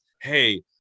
hey